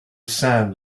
sand